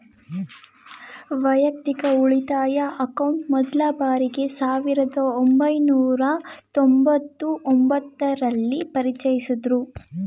ವೈಯಕ್ತಿಕ ಉಳಿತಾಯ ಅಕೌಂಟ್ ಮೊದ್ಲ ಬಾರಿಗೆ ಸಾವಿರದ ಒಂಬೈನೂರ ತೊಂಬತ್ತು ಒಂಬತ್ತು ರಲ್ಲಿ ಪರಿಚಯಿಸಿದ್ದ್ರು